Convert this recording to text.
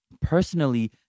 personally